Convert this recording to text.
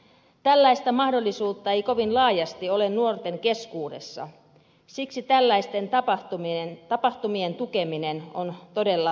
tällaista mahdollisuutta ei kovin laajasti ole nuorten keskuudessa siksi tällaisten tapahtumien tukeminen on todella hienoa